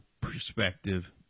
perspective